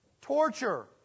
Torture